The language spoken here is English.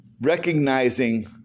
recognizing